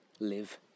live